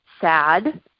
sad